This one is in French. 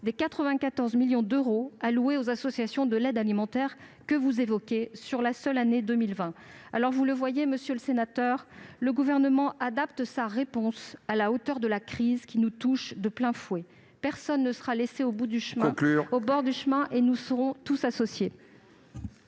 les 94 millions d'euros alloués aux associations d'aide alimentaire pour la seule année 2020. Vous le voyez, monsieur le sénateur, le Gouvernement adapte sa réponse à la crise qui nous touche de plein fouet. Personne ne sera laissé au bord du chemin et nous serons tous associés.